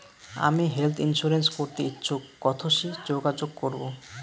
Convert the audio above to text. আমি health insurance করতে ইচ্ছুক কথসি যোগাযোগ করবো?